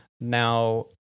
Now